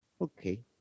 Okay